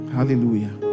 Hallelujah